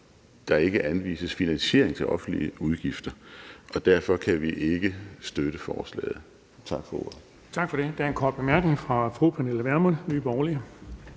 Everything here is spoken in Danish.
der ikke anvises finansiering til offentlige udgifter. Derfor kan vi ikke støtte forslaget. Tak for ordet.